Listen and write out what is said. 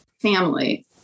family